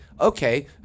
okay